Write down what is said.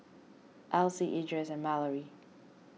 Elzie Edris and Malorie